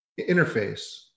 interface